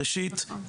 ראשית,